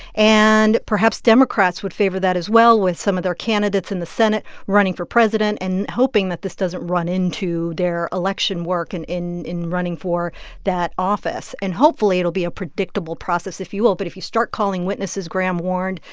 and perhaps democrats would favor that as well, with some of their candidates in the senate running for president and hoping that this doesn't run into their election work and in in running for that office. and hopefully, it'll be a predictable process, if you will. but if you start calling witnesses, graham warned,